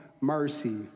mercy